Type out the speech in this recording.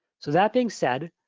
so that being said,